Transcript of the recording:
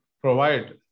provide